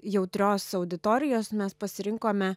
jautrios auditorijos mes pasirinkome